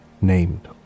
named